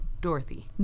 Dorothy